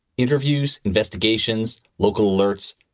interviews, investigations, local alerts.